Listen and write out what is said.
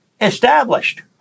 established